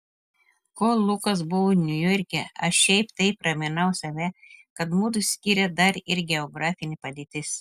kol lukas buvo niujorke aš šiaip taip raminau save kad mudu skiria dar ir geografinė padėtis